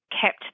kept